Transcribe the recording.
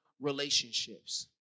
relationships